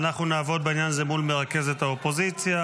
בעניין הזה אנחנו נעבוד מול מרכזת האופוזיציה,